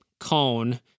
cone